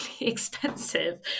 expensive